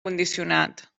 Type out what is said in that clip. condicionat